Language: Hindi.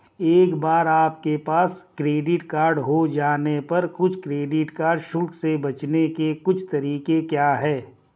एक बार आपके पास क्रेडिट कार्ड हो जाने पर कुछ क्रेडिट कार्ड शुल्क से बचने के कुछ तरीके क्या हैं?